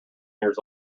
years